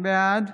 בעד